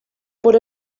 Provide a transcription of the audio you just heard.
bod